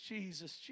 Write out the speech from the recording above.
Jesus